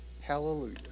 hallelujah